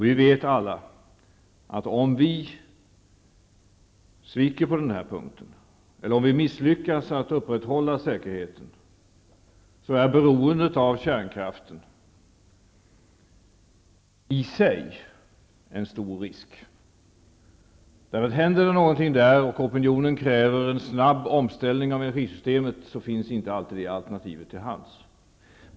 Vi vet alla att om vi sviker på den här punkten eller om vi misslyckas att upprätthålla säkerheten är beroendet av kärnkraften i sig en stor risk. Om något händer och opinionen kräver en snabb omställning av energisystemen finns inte alltid det alternativet till hands.